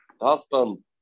husband